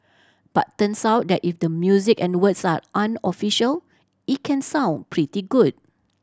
but turns out that if the music and words are unofficial it can sound pretty good